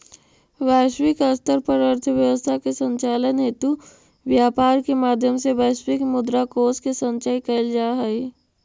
वैश्विक स्तर पर अर्थव्यवस्था के संचालन हेतु व्यापार के माध्यम से वैश्विक मुद्रा कोष के संचय कैल जा हइ